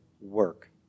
work